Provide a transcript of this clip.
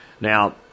Now